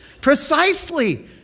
Precisely